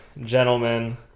gentlemen